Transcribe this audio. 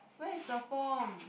where is the form